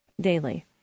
daily